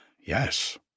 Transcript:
Yes